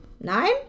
Nine